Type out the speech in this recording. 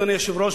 אדוני היושב-ראש,